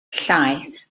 llaeth